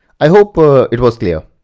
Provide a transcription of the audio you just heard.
i hope ah it was clear.